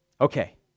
Okay